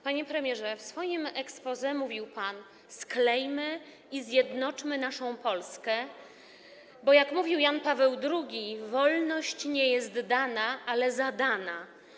Panie premierze, w swoim exposé mówił pan: Sklejmy i zjednoczmy naszą Polskę, bo jak mówił Jan Paweł II, wolność nie jest dana, ale zadana.